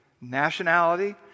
nationality